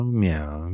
meow